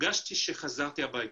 הרגשתי שחזרתי הביתה.